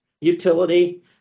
utility